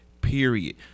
period